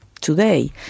today